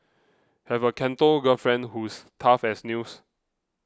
have a Canto girlfriend who's tough as nails